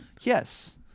Yes